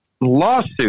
lawsuit